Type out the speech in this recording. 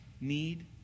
need